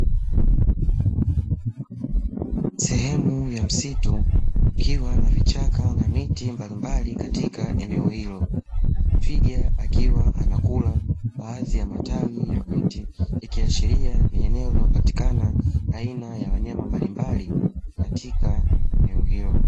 Sehemu ya msitu ikiwa na vichaka na miti mbalimbali katika eneo hilo, twiga akiwa anakula baadhi ya matawi ya mti, ikiashiria ni eneo linalopatikana aina ya wanyama mbalimbali katika eneo hilo.